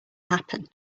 happen